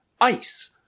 ice